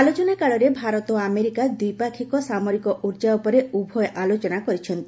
ଆଲୋଚନା କାଳରେ ଭାରତ ଓ ଆମେରିକା ଦି୍ପାକ୍ଷିକ ସାମରିକ ଉର୍ଜା ଉପରେ ଉଭୟ ଆଲୋଚନା କରିଛନ୍ତି